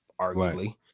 arguably